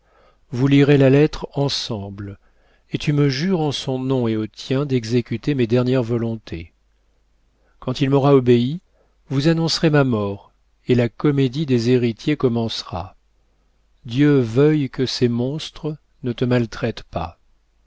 vous lirez la lettre ensemble et tu me jures en son nom et au tien d'exécuter mes dernières volontés quand il m'aura obéi vous annoncerez ma mort et la comédie des héritiers commencera dieu veuille que ces monstres ne te maltraitent pas